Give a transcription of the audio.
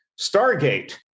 Stargate